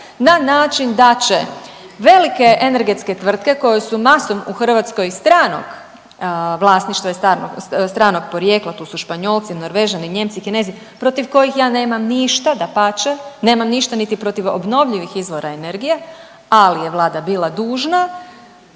na način da će velike energetske tvrtke koje su masom u Hrvatskoj stranog vlasništva i stranog porijekla, tu su Španjolci, Norvežani, Nijemci, Kinezi protiv kojih ja nemam ništa, dapače, nemam ništa niti protiv obnovljivih izvora energije, ali je Vlada bila dužna